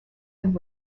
and